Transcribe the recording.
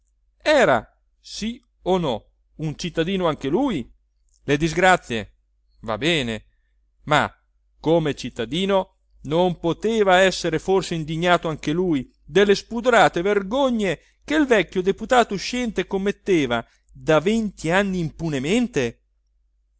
era sì o no un cittadino anche lui le disgrazie va bene ma come cittadino non poteva essere forse indignato anche lui delle spudorate vergogne che il vecchio deputato uscente commetteva da venti anni impunemente